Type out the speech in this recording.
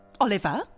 Oliver